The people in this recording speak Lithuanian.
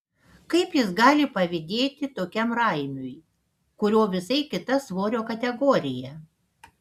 kaip jis gali pavydėti tokiam raimiui kurio visai kita svorio kategorija